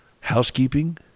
housekeeping